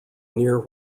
near